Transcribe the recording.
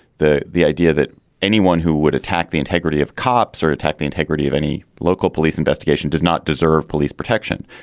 the the idea that anyone who would attack the integrity of cops or attack the integrity of any local police investigation does not deserve police protection.